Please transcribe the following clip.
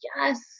yes